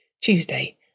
Tuesday